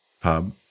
pub